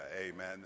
amen